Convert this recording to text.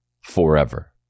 forever